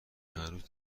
هنوز